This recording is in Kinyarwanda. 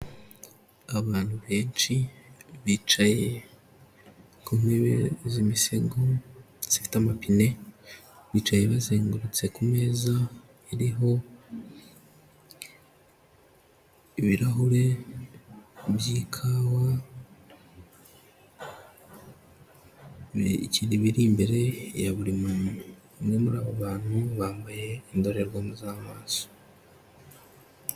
Abantu benshi bicaye ku ntebe z'imisego zifite amapine, bicaye bazengurutse ku meza iriho ibirahuri by'ikawa, hari ibiri imbere ya buri muntu, abo abantu bambaye indorerwamo z'amaso.